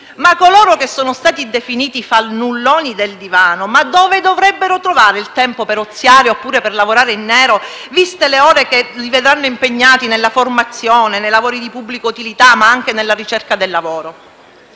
Ma coloro che sono stati definiti i fannulloni del divano dove dovrebbero trovare il tempo per oziare, oppure per lavorare in nero, viste le ore che li vedranno impegnati nella formazione, nei lavori di pubblica utilità, ma anche nella ricerca del lavoro?